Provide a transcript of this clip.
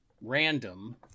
Random